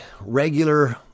regular